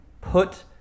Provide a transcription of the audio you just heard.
Put